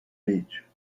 beach